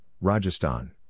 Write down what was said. Rajasthan